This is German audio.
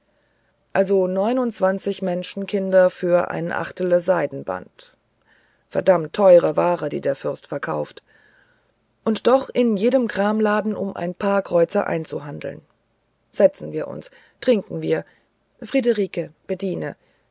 also neunundzwanzig menschenkinder für eine achtelelle seidenband verdammt teure ware die der fürst verkauft und doch in jedem kramladen um ein paar kreuzer einhandelt setzen wir uns trinken wir friederike bediene